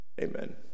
Amen